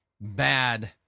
bad